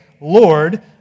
Lord